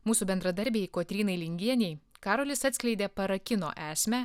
mūsų bendradarbiai kotrynai lingienei karolis atskleidė parakino esmę